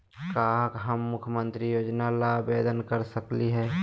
का हम मुख्यमंत्री योजना ला आवेदन कर सकली हई?